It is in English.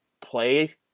play